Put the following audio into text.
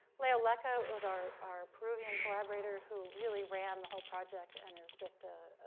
leo lecca was our our peruvian collaborator, who really ran the whole project and is just a